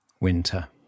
Winter